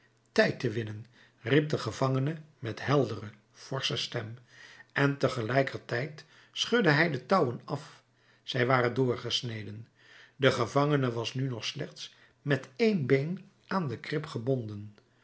tijd te winnen riep de gevangene met heldere forsche stem en tegelijkertijd schudde hij de touwen af zij waren doorgesneden de gevangene was nu nog slechts met een been aan de krib gebonden